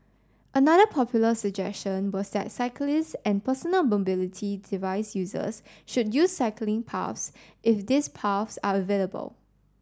another popular suggestion was that cyclists and personal mobility device users should use cycling paths if these paths are available